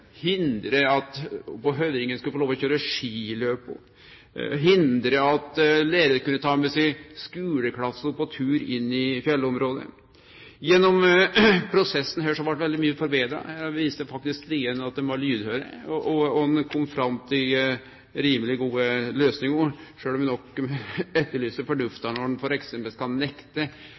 hindre at ein på Høvringen skulle få lov å kjøre opp skiløyper, hindre at lærarar kunne ta med seg skuleklassar på tur inn i fjellområdet. Gjennom prosessen blei veldig mykje forbetra. Her viste faktisk DN at dei var lydhøre, og ein kom fram til rimeleg gode løysingar, sjølv om vi nok etterlyser fornufta når ein f.eks. skal nekte